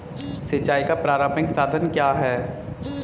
सिंचाई का प्रारंभिक साधन क्या है?